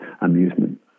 amusement